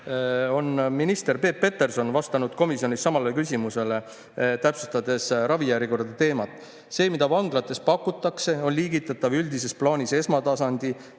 on minister Peep Peterson vastanud komisjonis samale küsimusele, täpsustades ravijärjekordade teemat nii: "See, mida vanglates pakutakse, on liigitatav üldises plaanis esmatasandi,